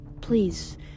Please